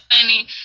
funny